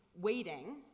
Waiting